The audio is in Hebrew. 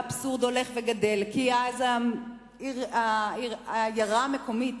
והאבסורד הולך וגדל כי אז העירייה המקומית